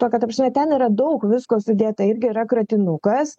tokio ta prasme ten yra daug visko sudėta irgi yra katinukas